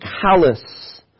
callous